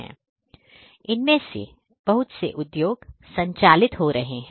इनमें से बहुत से उद्योग संचालित हो रहे हैं